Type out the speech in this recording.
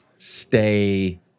Stay